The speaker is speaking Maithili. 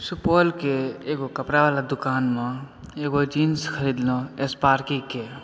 सुपौलके एगो कपड़ा वाला दुकान मे एगो जीन्स ख़रीदलहुॅं स्पार्की के